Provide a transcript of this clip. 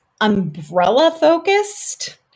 umbrella-focused